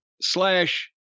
slash